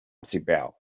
sibel